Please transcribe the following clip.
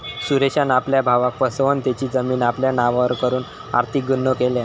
सुरेशान आपल्या भावाक फसवन तेची जमीन आपल्या नावार करून आर्थिक गुन्हो केल्यान